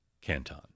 Canton